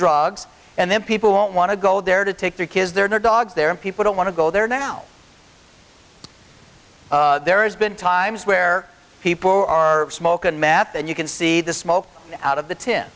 drugs and then people won't want to go there to take their kids their dogs there people don't want to go there now there's been times where people who are smoking math and you can see the smoke out of the t